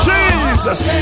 Jesus